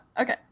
Okay